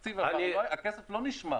הכסף לא נשמר.